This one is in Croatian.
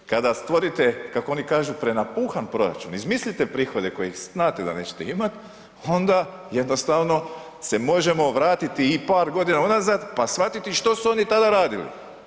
Kada stvorite kako oni kažu prenapuhan proračun, izmislite prihode koje znate da nećete imati onda jednostavno se možemo vratiti i par godina unazad pa shvatiti što su oni tada radili.